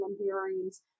hearings